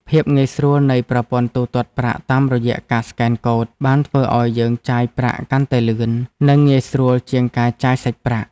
ភាពងាយស្រួលនៃប្រព័ន្ធទូទាត់ប្រាក់តាមរយៈការស្កេនកូដបានធ្វើឱ្យយើងចាយប្រាក់កាន់តែលឿន និងងាយស្រួលជាងការចាយសាច់ប្រាក់។